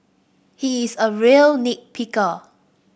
he is a real nit picker